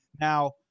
Now